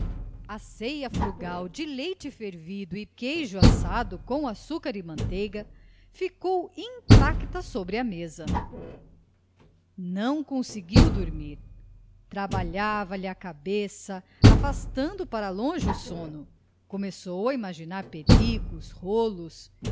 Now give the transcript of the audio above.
a ceia frugal de leite fervido e queijo assado com açúcar e manteiga ficou intacta sobre a mesa não conseguiu dormir trabalhava lhe a cabeça afastando para longe o sono começou a imaginar perigos rolos